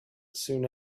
soon